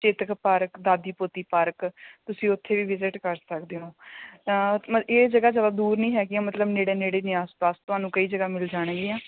Chetak park Dadi Poti park ਤੁਸੀਂ ਉੱਥੇ ਵੀ ਵਿਜਿਟ ਕਰ ਸਕਦੇ ਹੋ ਮਤਲਬ ਇਹ ਜਗ੍ਹਾ ਜਦੋਂ ਦੂਰ ਨਹੀਂ ਹੈਗੀਆਂ ਮਤਲਬ ਨੇੜੇ ਨੇੜੇ ਨੇ ਆਸ ਪਾਸ ਤੁਹਾਨੂੰ ਕਈ ਜਗ੍ਹਾ ਮਿਲ ਜਾਣਗੀਆਂ